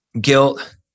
guilt